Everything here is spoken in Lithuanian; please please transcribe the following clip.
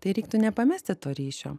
tai reiktų nepamesti to ryšio